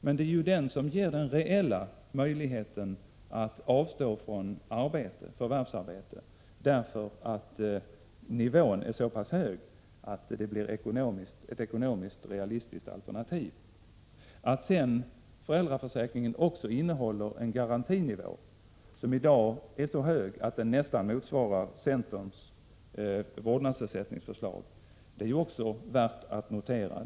Men det är den som ger den reella möjligheten att avstå från förvärvsarbete — därför att nivån är så pass hög att det blir ett ekonomiskt realistiskt alternativ. Att sedan föräldraförsäkringen också innehåller en garantinivå, som i dag är så hög att den nästan mostsvarar centerns vårdnadsersättningsförslag, är också värt att notera.